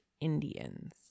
Indians